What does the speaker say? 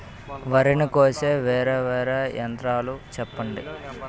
వరి ని కోసే వేరా వేరా యంత్రాలు చెప్పండి?